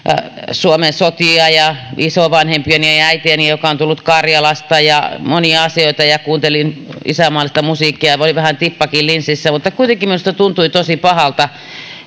suomen sotia ja isovanhempiani ja äitiäni joka on tullut karjalasta ja monia asioita ja kuuntelin isänmaallista musiikkia oli vähän tippakin linssissä mutta kuitenkin minusta tuntui tosi pahalta